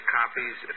copies